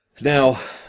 Now